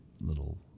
little